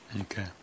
Okay